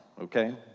okay